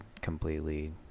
completely